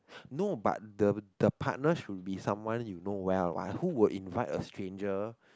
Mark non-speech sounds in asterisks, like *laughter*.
*breath* no but the the partner should be someone you know well like who will invite a stranger